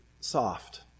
soft